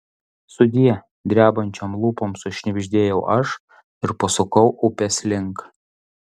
sudie drebančiom lūpom sušnibždėjau aš ir pasukau upės link